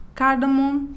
cardamom